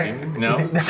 No